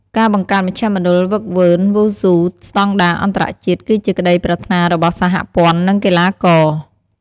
ការបង្កើតមជ្ឈមណ្ឌលហ្វឹកហ្វឺនវ៉ូស៊ូស្តង់ដារអន្តរជាតិគឺជាក្ដីប្រាថ្នារបស់សហព័ន្ធនឹងកីឡាករ។